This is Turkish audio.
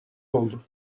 oldu